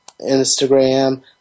Instagram